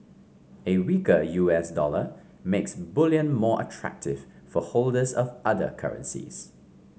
a weaker U S dollar makes bullion more attractive for holders of other currencies